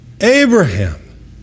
Abraham